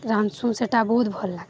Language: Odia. ରାନ୍ଧ୍ସୁଁ ସେଇଟା ବହୁତ ଭଲ ଲାଗି ଥାଏ